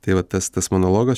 tai va tas tas monologas